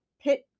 pit